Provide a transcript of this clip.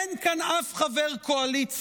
אין כאן אף חבר קואליציה,